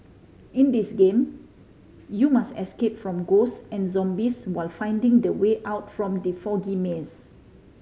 in this game you must escape from ghosts and zombies while finding the way out from the foggy maze